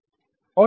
और हवा का क्या